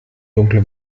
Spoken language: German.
dunkle